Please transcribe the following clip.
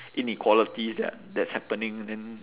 inequalities that are that's happening then